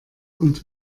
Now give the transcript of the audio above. und